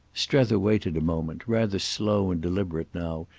strether waited a moment, rather slow and deliberate now,